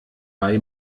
bei